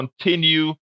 continue